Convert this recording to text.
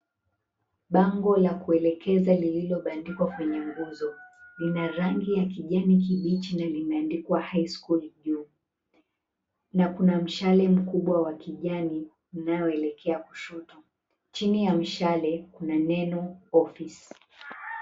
Bango la kuelekeza lililobandikwa kwenye nguzo lina rangi ya kijani kibichi na limeandikwa high school juu na kuna mshale mkubwa wa kijani unaoelekea kushoto chini ya mshale kuna neno office .